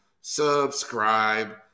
Subscribe